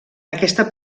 aquesta